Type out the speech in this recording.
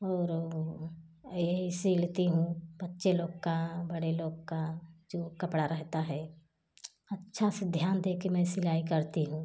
और ये सिलती हूँ बच्चे लोग का बड़े लोग का जो कपड़ा रहता है अच्छा से ध्यान दे के मैं सिलाई करती हूँ